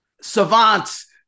savants